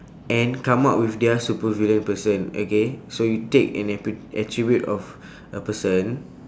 and come up with their supervillain person okay so you take an attri~ attribute of a person